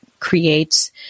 creates